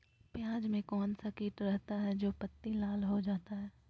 प्याज में कौन सा किट रहता है? जो पत्ती लाल हो जाता हैं